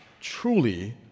Truly